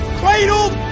cradled